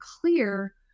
clear